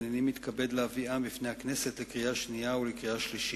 והנני מתכבד להביאם לפני הכנסת לקריאה שנייה ולקריאה שלישית.